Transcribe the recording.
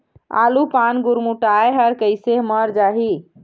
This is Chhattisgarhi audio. आलू पान गुरमुटाए हर कइसे मर जाही?